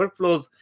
workflows